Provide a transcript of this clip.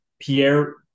Pierre